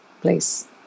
place